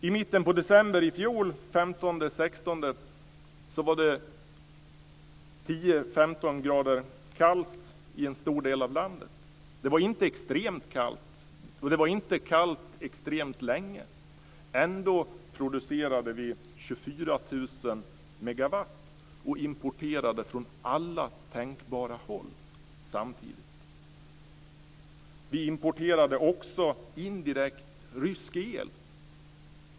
I mitten av december i fjol, den 15-16 december, var det 10-15 grader kallt i en stor del av landet. Det var inte extremt kallt och det var inte kallt extremt länge. Ändå producerade vi 24 000 megawatt och importerade samtidigt från alla tänkbara håll. Vi importerade också indirekt rysk el.